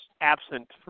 absent